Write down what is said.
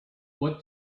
what